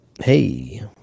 Hey